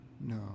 No